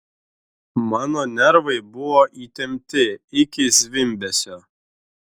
mano nervai buvo įtempti iki zvimbesio